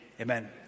amen